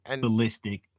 ballistic